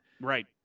right